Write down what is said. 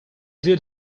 did